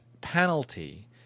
penalty